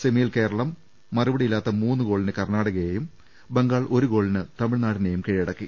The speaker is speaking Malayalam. സെമിയിൽ കേരളം മറുപടിയില്ലാത്ത മൂന്ന് ഗോളിന് കർണാടകയേയും ബംഗാൾ ഒരു ഗോളിന് തമിഴ്നാടിനെയും കീഴടക്കി